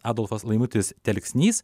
adolfas laimutis telksnys